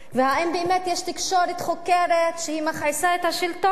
האם באמת יש תקשורת חוקרת שמכעיסה את השלטון?